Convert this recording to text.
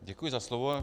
Děkuji za slovo.